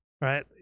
right